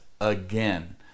again